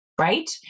right